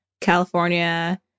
California